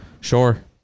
Sure